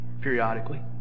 periodically